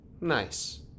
Nice